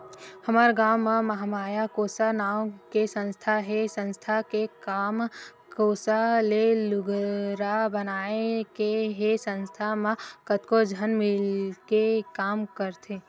हमर गाँव म महामाया कोसा नांव के संस्था हे संस्था के काम कोसा ले लुगरा बनाए के हे संस्था म कतको झन मिलके के काम करथे